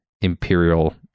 imperial